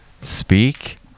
speak